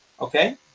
Okay